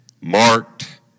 marked